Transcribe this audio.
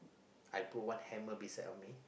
I put one hammer beside on me